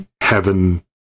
heaven